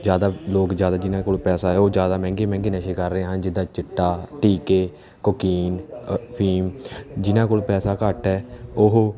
ਜ਼ਿਆਦਾ ਲੋਕ ਜ਼ਿਆਦਾ ਜਿਹਨਾਂ ਕੋਲ ਪੈਸਾ ਹੈ ਉਹ ਜ਼ਿਆਦਾ ਮਹਿੰਗੇ ਮਹਿੰਗੇ ਨਸ਼ੇ ਕਰ ਰਹੇ ਹਨ ਜਿੱਦਾਂ ਚਿੱਟਾ ਟੀਕੇ ਕੁਕੀਨ ਫੀਮ ਜਿਹਨਾਂ ਕੋਲ ਪੈਸਾ ਘੱਟ ਹੈ ਉਹ